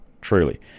truly